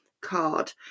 card